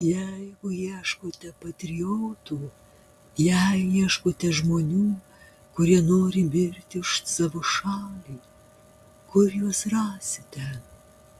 jeigu ieškote patriotų jei ieškote žmonių kurie nori mirti už savo šalį kur juos rasite